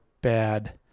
bad